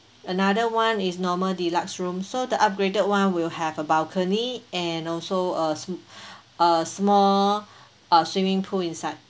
another [one] is normal deluxe room so the upgraded [one] will have a balcony and also a a small uh swimming pool inside